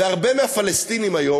והרבה מהפלסטינים היום,